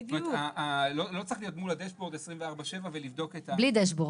זאת אומרת לא צריך להיות מול הדשבורד 24/7 ולבדוק -- בלי דשבורד.